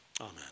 amen